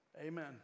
Amen